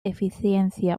eficiencia